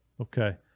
Okay